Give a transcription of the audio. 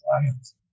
clients